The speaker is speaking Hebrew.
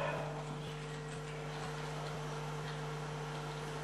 מה היו אומרים עלינו אם היינו עושים את זה?